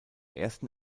ersten